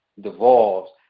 Devolves